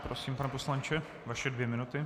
Prosím, pane poslanče, vaše dvě minuty.